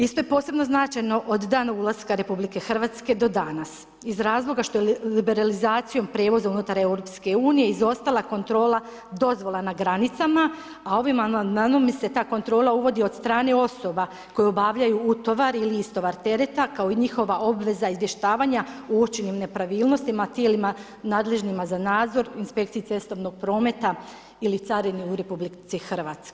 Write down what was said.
Isto je posebno značajno od dana ulaska RH do danas iz razloga što liberalizacijom prijevoza unutar EU izostala kontrola dozvola na granicama, a ovim amandmanom se ta kontrola uvodi od strane osoba koje obavljaju utovar ili istovar tereta, kao i njihova obveza izvještavanja o uočenim nepravilnostima tijelima nadležnima za nadzor, inspekciji cestovnog prometa ili carini u RH.